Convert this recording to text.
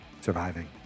surviving